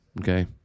Okay